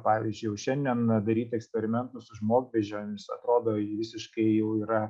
pavyzdžiui jau šiandien daryti eksperimentus su žmogbeždžionėmis atrodo visiškai jau yra